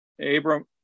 Abram